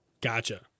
Gotcha